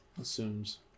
assumes